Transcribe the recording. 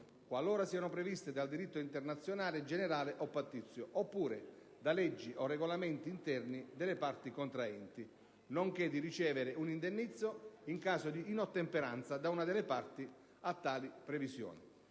qualora siano previste dal diritto internazionale generale o pattizio, oppure da leggi o regolamenti interni delle parti contraenti, nonché di ricevere un indennizzo in caso di inottemperanza di una delle parti a tali previsioni.